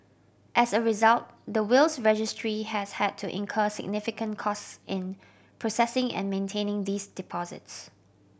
as a result the Wills Registry has had to incur significant costs in processing and maintaining these deposits